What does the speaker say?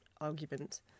argument